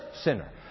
sinner